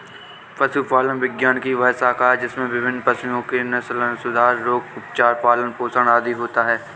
पशुपालन विज्ञान की वह शाखा है जिसमें विभिन्न पशुओं के नस्लसुधार, रोग, उपचार, पालन पोषण आदि होता है